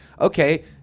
Okay